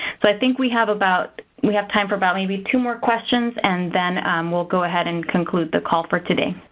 so i think we have about we have time for about maybe two more questions and then we'll go ahead and conclude the call for today.